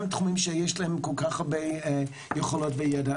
תחומים שיש להם כל כך הרבה יכולות וידע.